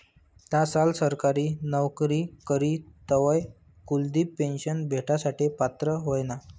धा साल सरकारी नवकरी करी तवय कुलदिप पेन्शन भेटासाठे पात्र व्हयना